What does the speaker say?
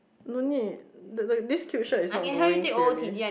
no need the the this cute shirt is not going clearly